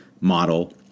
model